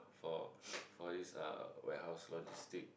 for for this uh warehouse logistic